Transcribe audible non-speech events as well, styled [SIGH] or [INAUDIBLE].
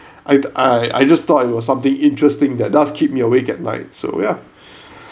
I I I just thought it was something interesting that does keep me awake at night so ya [BREATH]